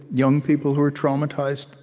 young people who are traumatized,